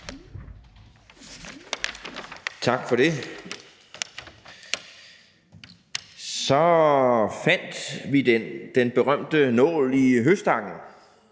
Tak for det. Så fandt vi den, den berømte nål i høstakken,